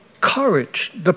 courage